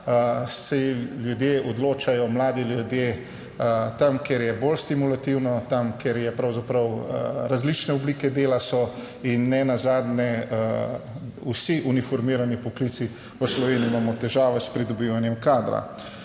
se ljudje odločajo, mladi ljudje. Tam, kjer je bolj stimulativno, tam, kjer je pravzaprav, različne oblike dela so in nenazadnje, vsi uniformirani poklici v Sloveniji imamo težave s pridobivanjem kadra.